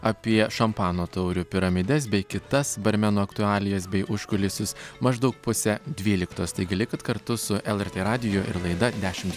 apie šampano taurių piramides bei kitas barmenų aktualijas bei užkulisius maždaug pusę dvyliktos taigi likit kartu su lrt radiju ir laida dešim